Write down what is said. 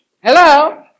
Hello